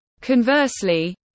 Conversely